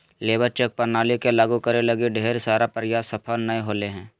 labour check प्रणाली के लागु करे लगी ढेर सारा प्रयास सफल नय होले हें